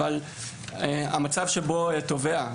אבל המצב שבו תובע,